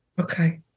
Okay